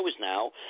now